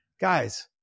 guys